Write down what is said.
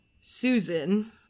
Susan